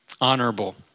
honorable